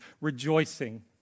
rejoicing